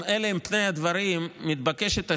אם אלה הם פני הדברים, מתבקשת השאלה: